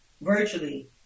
virtually